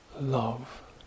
love